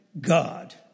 God